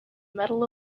medal